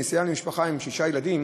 שנסיעה למשפחה עם שישה ילדים